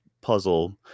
puzzle